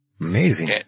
amazing